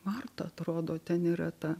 marta atrodo ten yra ta